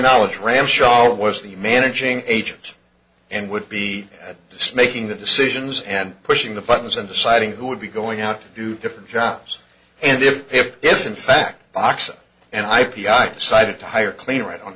knowledge ramshaw was the managing agent and would be just making the decisions and pushing the buttons and deciding who would be going out to different jobs and if if if in fact boxes and i p i decided to hire clean right on